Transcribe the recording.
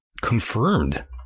confirmed